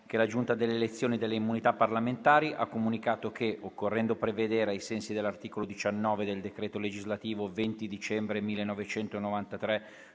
che la Giunta delle elezioni e delle immunità parlamentari ha comunicato che, occorrendo prevedere, ai sensi dell'articolo 19 del decreto legislativo 20 dicembre 1993,